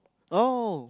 oh